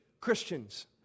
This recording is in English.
Christians